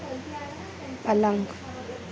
पलंग